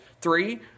three